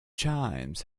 chimes